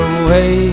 away